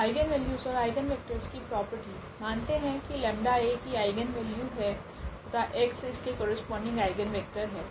eigenvalues ओर eigenvectors की properties मानते है की 𝜆 A की आइगनवेल्यू है तथा x इसके करस्पोंडिंग आइगनवेक्टर है